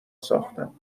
ساختن